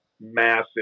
massive